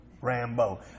Rambo